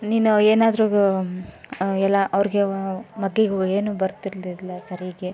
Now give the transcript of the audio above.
ನೀನು ಏನಾದರೂ ಎಲ್ಲ ಅವ್ರಿಗೆ ಮಗ್ಗಿಗಳು ಏನೂ ಬರ್ತಿರಲಿಲ್ಲ ಸರಿಗೆ